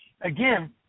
again